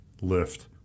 lift